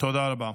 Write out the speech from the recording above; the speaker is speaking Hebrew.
תודה רבה.